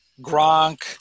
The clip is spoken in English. Gronk